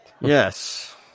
Yes